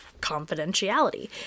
confidentiality